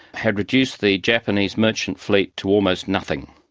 had reduced the japanese merchant fleet to almost nothing.